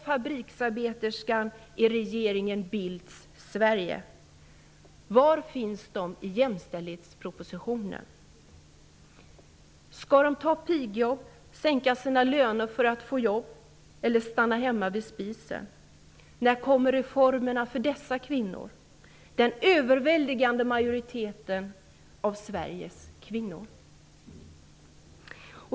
Var finns de i jämställdhetspropositionen? Skall de ta pigjobb och sänka sina löner för att få jobb, eller skall de stanna hemma vid spisen? När kommer reformerna för dessa kvinnor -- den överväldigande majoriteten av Sveriges kvinnor?